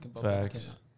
Facts